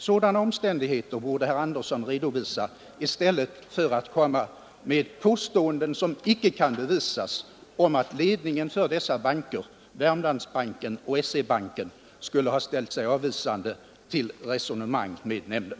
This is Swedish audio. Sådana omständigheter borde herr Andersson i Örebro redovisa i stället för att komma med påståenden som inte kan bevisas om att ledningen för dessa banker, Wermlandsbanken och SE-banken, skulle ha ställt sig avvisande till resonemang med nämnden.